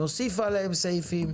נוסיף עליהם סעיפים,